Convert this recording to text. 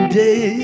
day